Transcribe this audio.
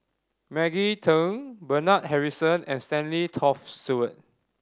Maggie Teng Bernard Harrison and Stanley Toft Stewart